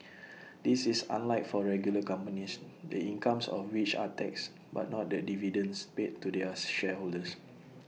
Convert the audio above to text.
this is unlike for regular companies the incomes of which are taxed but not the dividends paid to their shareholders